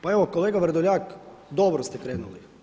Pa evo kolega Vrdoljak dobro ste krenuli.